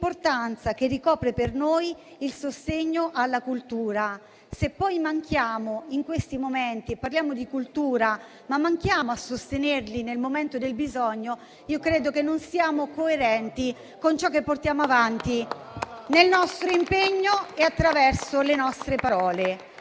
che ricopre per noi il sostegno alla cultura. Se parliamo di cultura, ma manchiamo di sostenerla nel momento del bisogno, non siamo coerenti con ciò che portiamo avanti nel nostro impegno e attraverso le nostre parole.